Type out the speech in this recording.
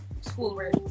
schoolwork